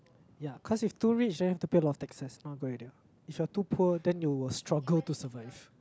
ya cause if too rich then you have to pay a lot of taxes not good already what if you're too poor then you will struggle to survive